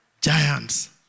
Giants